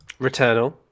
Returnal